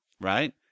Right